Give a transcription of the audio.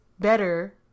better